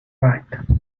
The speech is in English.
right